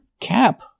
Cap